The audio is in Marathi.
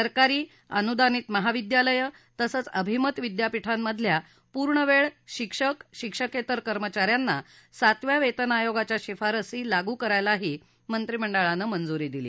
सरकारी अनुदानित महाविद्यालयं तसंच अभिमत विद्यापिठांमधल्या पूर्णवेळ शिक्षक शिक्षकेतर कर्मचा यांना सातव्या वेतन आयोगाच्या शिफारसी लागू करायलाही मंत्रिमंडळानं मंजुरी दिली